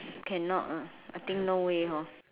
cannot ah I think no way hor